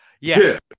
Yes